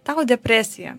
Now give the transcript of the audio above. tau depresija